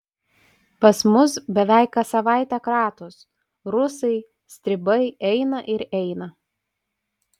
pas mus beveik kas savaitę kratos rusai stribai eina ir eina